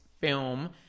film